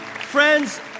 friends